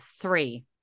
three